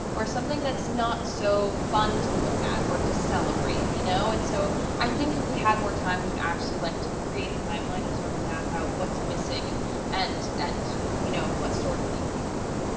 or something that's not so fun to look at or to celebrate. you know and so i think if we had more time, we would actually like to create a timeline and sort of map out what's missing and and you know what stories need to be told.